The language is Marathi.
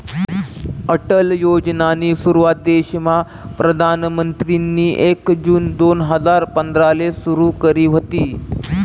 अटल योजनानी सुरुवात देशमा प्रधानमंत्रीनी एक जून दोन हजार पंधराले सुरु करी व्हती